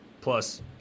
Plus